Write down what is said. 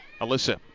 Alyssa